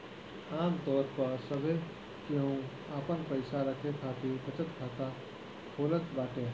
आमतौर पअ सभे केहू आपन पईसा रखे खातिर बचत खाता खोलत बाटे